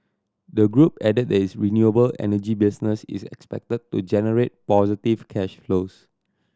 the group added that its renewable energy business is expected to generate positive cash flows